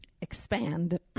expand